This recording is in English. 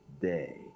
day